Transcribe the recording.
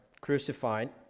crucified